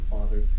Father